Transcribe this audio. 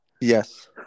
Yes